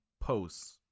posts